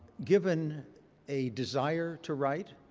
given a desire to write,